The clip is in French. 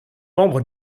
membre